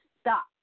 stop